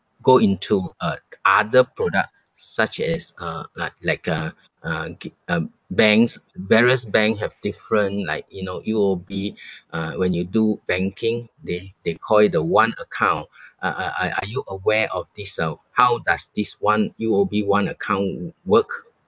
go into uh other product such as uh like like uh uh gi~ uh banks various bank have different like you know U_O_B uh when you do banking they they call it the one account are are are are you aware of this uh how does this one U_O_B one account w~ work